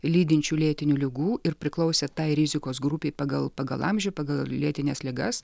lydinčių lėtinių ligų ir priklausė tai rizikos grupei pagal pagal amžių pagal lėtines ligas